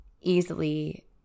easily